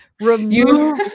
remove